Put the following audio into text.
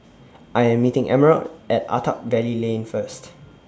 I Am meeting Emerald At Attap Lane First